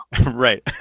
Right